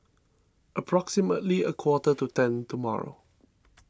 approximately a quarter to ten tomorrow